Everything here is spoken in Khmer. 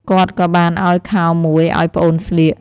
គាត់ក៏បានឱ្យខោមួយឱ្យប្អូនស្លៀក។